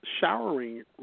showering